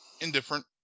Indifferent